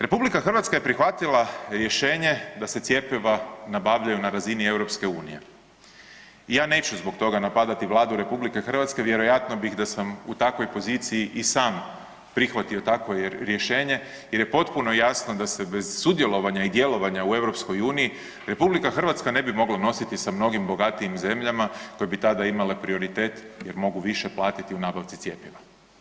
RH je prihvatila rješenje da se cjepiva nabavljaju na razini EU i ja neću zbog toga napadati Vladu RH, vjerojatno bih, da sam u takvoj poziciji i sam prihvatio takvo rješenje jer je potpuno jasno da se bez sudjelovanja i djelovanja u EU RH ne bi mogla nositi sa mnogim bogatijim zemljama koje bi tada imale prioritet jer mogu više platiti u nabavci cjepiva.